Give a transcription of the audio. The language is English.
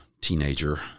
teenager